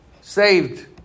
saved